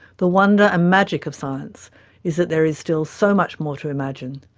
the wonder and magic of science is that there is still so much more to imagine,